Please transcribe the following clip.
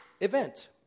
event